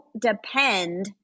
depend